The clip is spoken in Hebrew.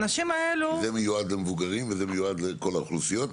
האנשים האלה --- זה מיועד למבוגרים וזה מיועד לכל האוכלוסיות,